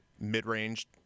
mid-range